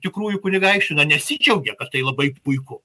tikrųjų kunigaikščių na nesidžiaugė kad tai labai puiku